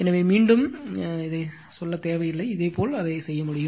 எனவே மீண்டும் சொல்ல தேவையில்லை இதேபோல் அதை செய்ய முடியும்